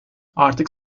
artık